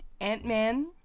Ant-Man